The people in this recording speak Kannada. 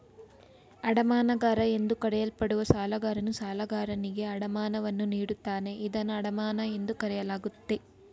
ಅಡಮಾನಗಾರ ಎಂದು ಕರೆಯಲ್ಪಡುವ ಸಾಲಗಾರನು ಸಾಲಗಾರನಿಗೆ ಅಡಮಾನವನ್ನು ನೀಡುತ್ತಾನೆ ಇದನ್ನ ಅಡಮಾನ ಎಂದು ಕರೆಯಲಾಗುತ್ತೆ